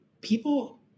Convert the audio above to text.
people